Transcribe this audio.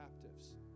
captives